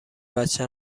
بچه